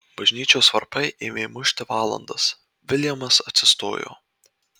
bažnyčios varpai ėmė mušti valandas viljamas atsistojo